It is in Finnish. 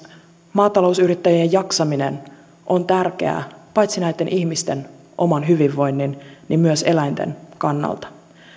maatalousyrittäjien jaksaminen on tärkeää paitsi näitten ihmisten oman hyvinvoinnin myös eläinten kannalta